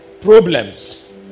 problems